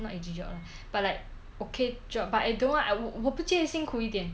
not easy job lah but like okay job but I don't want 我不介意辛苦一点